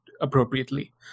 appropriately